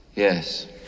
Yes